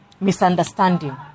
misunderstanding